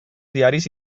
diaris